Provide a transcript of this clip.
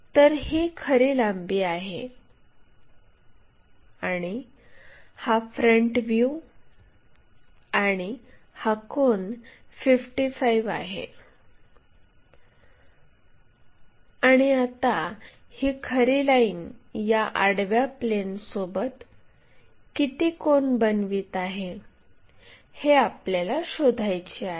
तर ही खरी लांबी आहे आणि हा फ्रंट व्ह्यू आणि हा कोन 55 आहे आणि आता ही खरी लाईन या आडव्या प्लेनसोबत किती कोन बनवित आहे हे आपल्याला शोधायचे आहे